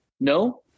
No